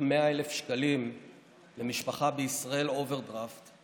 100,000 שקלים למשפחה בישראל אוברדרפט,